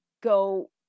go